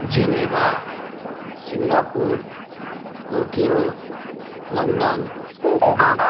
Geneva Singapore Tokyo London Dubai